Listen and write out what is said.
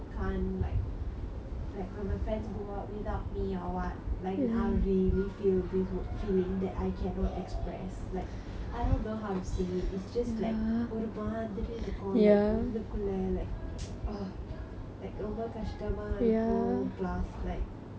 like when my friends go out without me or what like I will really feel this wor~ feeling that I cannot express like I don't know how to say it it's just like ஒரு மாதிரி இருக்கும்:oru maathiri irukkum like உள்ளுக்குள்ள:ullukkula like like ரொம்ப கஷ்டமா இருக்கும்:romba kasthamaa irukkum plus like you know